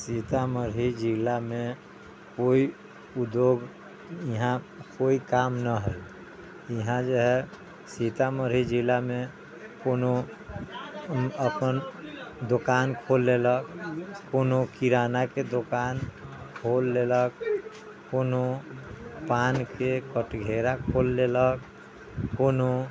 सीतामढ़ी जिलामे कोइ उद्योग इहाँ कोइ काम न हइ इहाँ जे हइ सीतामढ़ी जिलामे कोनो अप्पन दोकान खोलि लेलक कोनो किरानाके दोकान खोलि लेलक कोनो पानके कटघरा खोलि लेलक कोनो